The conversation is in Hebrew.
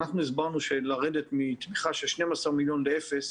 אנחנו הסברנו שלרדת מתמיכה של 12,000,000 ₪ ל-0